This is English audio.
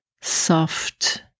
soft